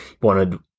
wanted